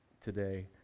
today